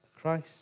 Christ